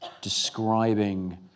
describing